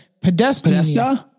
pedestrian